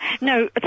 No